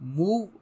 move